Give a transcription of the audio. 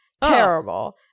terrible